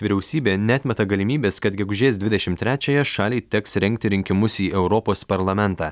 vyriausybė neatmeta galimybės kad gegužės dvidešim trečiąją šaliai teks rengti rinkimus į europos parlamentą